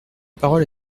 parole